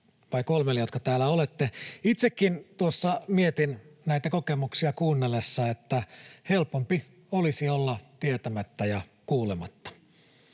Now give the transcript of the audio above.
tai kolmelle, jotka täällä olette. Itsekin tuossa mietin näitä kokemuksia kuunnellessani, että helpompi olisi olla tietämättä ja kuulematta.